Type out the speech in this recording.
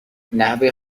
نحوه